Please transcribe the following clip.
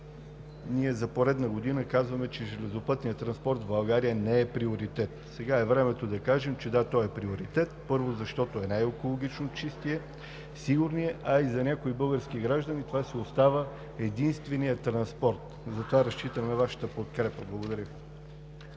за поредна година казваме, че железопътният транспорт в България не е приоритет. Сега е времето да кажем – да, той е приоритет, първо, защото е най-екологично чистият, сигурният, а за някои български граждани това си остава единственият транспорт. Разчитам на Вашата подкрепа. Благодаря Ви.